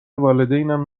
والدینم